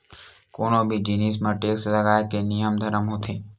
कोनो भी जिनिस म टेक्स लगाए के नियम धरम होथे